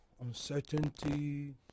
Uncertainty